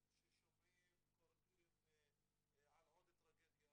כן, עושים את זה,